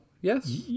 Yes